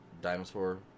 dinosaur